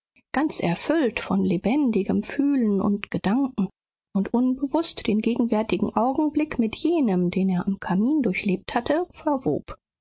ganz erfüllt von lebendigem fühlen und gedanken und unbewußt den gegenwärtigen augenblick mit jenem den er am kamin durchlebt hatte verwob